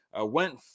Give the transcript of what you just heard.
went